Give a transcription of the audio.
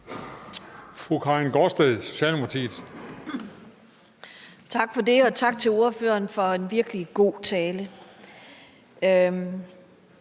Tak for det, og tak til ordføreren for en virkelig god tale.